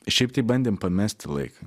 šiaip tai bandėm pamesti laiką